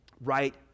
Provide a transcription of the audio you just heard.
right